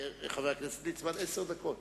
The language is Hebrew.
חבר הכנסת ליצמן, עשר דקות.